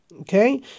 Okay